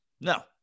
No